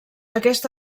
aquesta